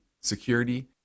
security